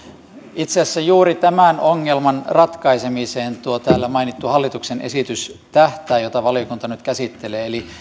itse asiassa juuri tämän ongelman ratkaisemiseen tähtää tuo täällä mainittu hallituksen esitys jota valiokunta nyt käsittelee eli